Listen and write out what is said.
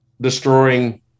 destroying